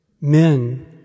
men